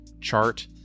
chart